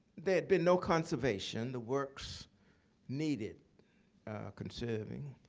there'd been no conservation. the works needed conserving.